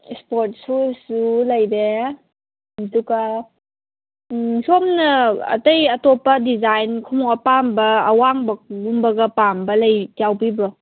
sport ꯁꯨꯁꯁꯨ ꯂꯩꯔꯦ ꯑꯗꯨꯒ ꯁꯨꯝꯅ ꯑꯇꯩ ꯑꯇꯣꯞꯄ ꯗꯤꯖꯥꯏꯟ ꯈꯣꯡꯎꯞ ꯑꯄꯥꯝꯕ ꯑꯋꯥꯡꯕ ꯈꯣꯡꯎꯞꯀꯨꯝꯕ ꯄꯥꯝꯕꯒ ꯂꯩ ꯌꯥꯎꯕꯤꯕ꯭ꯔꯣ